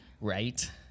Right